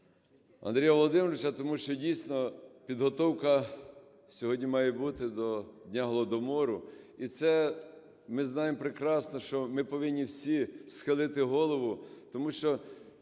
Андрія Володимировича, тому що, дійсно, підготовка сьогодні має бути до Дня Голодомору. І це ми знаємо прекрасно, що ми повинні всі схилити голову, тому що